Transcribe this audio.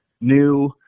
new